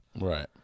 Right